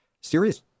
Serious